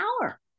power